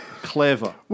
Clever